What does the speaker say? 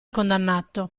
condannato